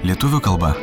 lietuvių kalba